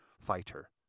fighter